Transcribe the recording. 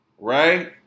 Right